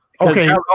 Okay